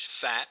fat